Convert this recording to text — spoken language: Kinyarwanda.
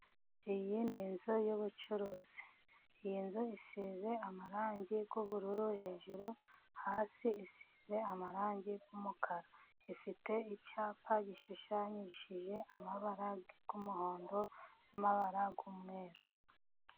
Iyi ni inzu yubucuruzi, iyi nzu isize amarangi y'ubururu, hejuru , hasi isize amarangi y'umukara, ifite icyapa gishushanyishije amabara y'umuhondo, abara y'umweru.